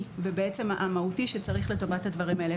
ובעצם המהותי שצריך לטובת הדברים האלה,